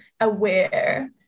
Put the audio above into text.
aware